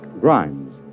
Grimes